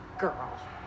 girl